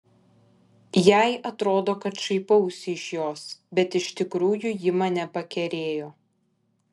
jai atrodo kad šaipausi iš jos bet iš tikrųjų ji mane pakerėjo